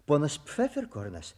ponas pfeferkornas